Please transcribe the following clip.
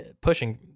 pushing